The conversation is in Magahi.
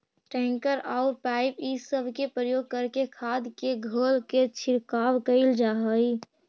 टैंकर औउर पाइप इ सब के प्रयोग करके खाद के घोल के छिड़काव कईल जा हई